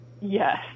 Yes